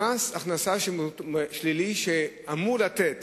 במס הכנסה שלילי, שאמור לתת